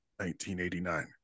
1989